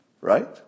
Right